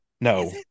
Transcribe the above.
No